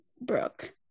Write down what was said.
brooke